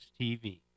TV